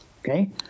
okay